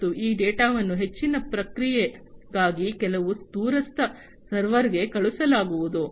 ಮತ್ತು ಈ ಡೇಟಾವನ್ನು ಹೆಚ್ಚಿನ ಪ್ರಕ್ರಿಯೆಗಾಗಿ ಕೆಲವು ದೂರಸ್ಥ ಸರ್ವರ್ಗೆ ಕಳುಹಿಸಲಾಗುವುದು